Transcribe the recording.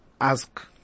ask